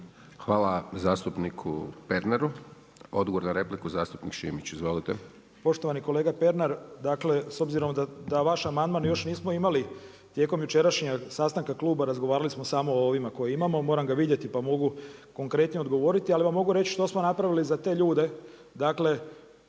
Hvala zastupniku Pernaru. Odgovor na repliku zastupnik Šimić. Izvolite. **Šimić, Miroslav (MOST)** Poštovani kolega Pernar, dakle s obzirom da vaš amandman još nismo imali tijekom jučerašnjeg sastanka kluba, razgovarali smo samo o ovima koje imamo, moram ga vidjeti pa mogu konkretnije odgovoriti, ali vam mogu reći što smo napravili za te ljude,